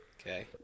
Okay